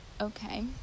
okay